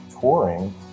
touring